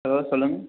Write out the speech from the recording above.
hello சொல்லுங்கள்